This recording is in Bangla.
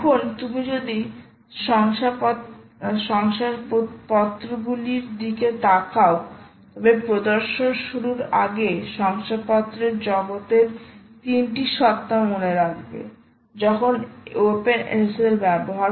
এখন তুমি যদি শংসাপত্রগুলির দিকে তাকাও তবে প্রদর্শন শুরুর আগে শংসাপত্রের জগতের 3 টি সত্তা মনে রাখবে যখন OpenSSL ব্যবহার